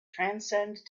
transcend